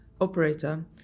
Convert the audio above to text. operator